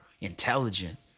intelligent